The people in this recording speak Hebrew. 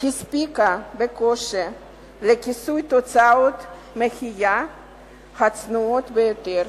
הספיקה בקושי לכיסוי הוצאות המחיה הצנועות ביותר,